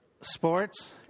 sports